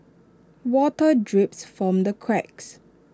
water drips from the cracks